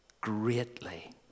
greatly